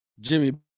Jimmy